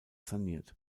saniert